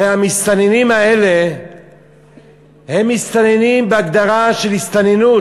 הרי המסתננים האלה הם מסתננים בהגדרה של הסתננות.